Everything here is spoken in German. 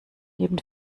neben